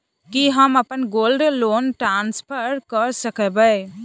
की हम अप्पन gold loan transfer करऽ सकबै?